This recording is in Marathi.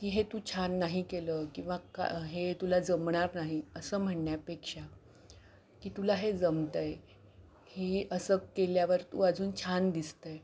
की हे तू छान नाही केलं किंवा का हे तुला जमणार नाही असं म्हणण्यापेक्षा की तुला हे जमतं आहे हे असं केल्यावर तू अजून छान दिसतं आहे